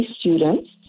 students